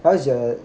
how's your